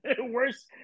worse